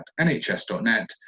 nhs.net